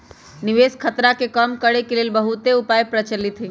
निवेश खतरा के कम करेके के लेल बहुते उपाय प्रचलित हइ